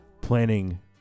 planning